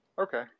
Okay